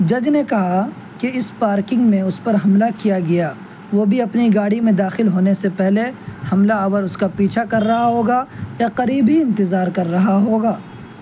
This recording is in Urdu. جج نے کہا کہ اس پارکنگ میں اس پر حملہ کیا گیا وہ بھی اپنی گاڑی میں داخل ہونے سے پہلے حملہ آور اس کا پیچھا کر رہا ہو گا یا قریب ہی انتظار کر رہا ہو گا